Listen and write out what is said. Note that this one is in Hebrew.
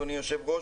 אדוני היושב-ראש,